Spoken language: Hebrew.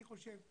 אני חושב,